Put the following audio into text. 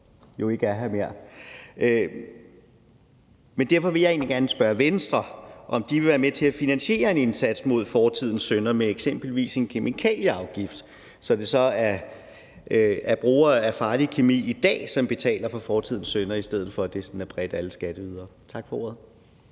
jo ikke er her mere. Men derfor vil jeg egentlig gerne spørge Venstre, om de vil være med til at finansiere en indsats mod fortidens synder med eksempelvis en kemikalieafgift, så det er brugerne af farlig kemi i dag, som betaler for fortidens synder, i stedet for at det sådan bredt er alle skatteydere. Tak for ordet.